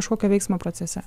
kažkokio veiksmo procese